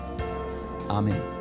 Amen